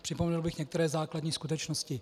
Připomenul bych některé základní skutečnosti.